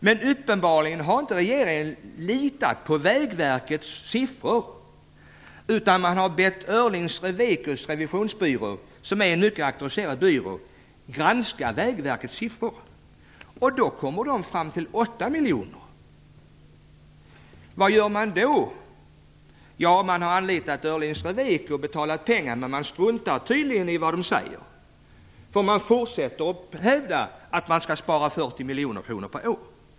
Men uppenbarligen har regeringen inte litat på Vägverkets siffror, utan man har bett Öhrlings Reveko - som är en mycket auktoriserad revisionsbyrå - granska Vägverkets siffror. De kom fram till 8 miljoner. Vad gör då regeringen? Man har anlitat Öhrlings Reveko och betalat pengar, men man struntar tydligen i vad de säger där. Man fortsätter nämligen att hävda att man skall spara 40 miljoner kronor per år.